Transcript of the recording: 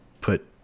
put